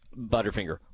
Butterfinger